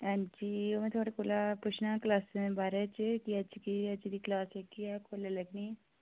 हां जी में थुआढ़े कोला पुच्छना हा क्लासें दे बारे च के अज्ज के अज्ज दी क्लास च केह् ऐ कोल्ले लग्गनी